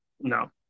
No